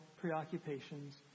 preoccupations